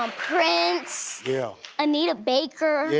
um prince, yeah. anita baker, yeah.